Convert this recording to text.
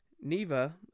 neva